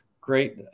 great